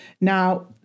Now